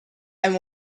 and